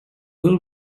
will